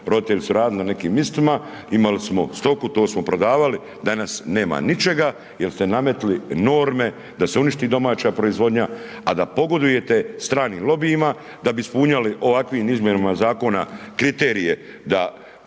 roditelji su radili na nikim mistima, imali smo stoku, to smo prodavali, danas nema ničega jer ste nematli norme da se uništi domaća proizvodnja, a da pogodujete stranim lobijima da bi ispunjali ovakvim izmjenama Zakona kriterije da